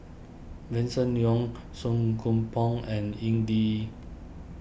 Vincent Leow Song Koon Poh and Ying Ding